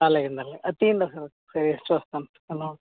అలాగేనండి అలాగే అది తియ్యండి ఒకసారి ఒకసారి వేసి చూస్తాను